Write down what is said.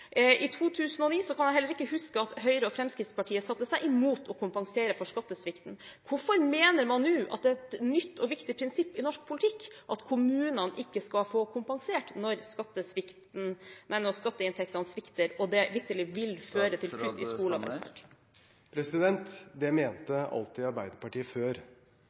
I 2009 kan jeg heller ikke huske at Høyre og Fremskrittspartiet satte seg imot å kompensere for skattesvikten. Hvorfor mener man nå at det er et nytt og viktig prinsipp i norsk politikk at kommunene ikke skal få kompensert når skatteinntektene svikter og det vitterlig vil føre til … Det mente alltid Arbeiderpartiet før.